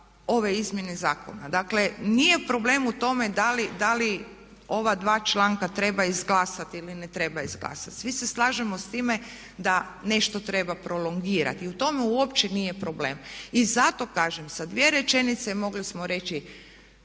ove izmjene zakona. Dakle, nije problem u tome da li ova dva članka treba izglasati ili ne treba izglasati. Svi se slažemo s time da nešto treba prolongirati i u tome uopće nije problem. I zato kažem sa dvije rečenice mogli smo reći